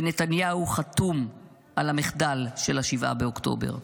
ונתניהו חתום על המחדל של 7 באוקטובר.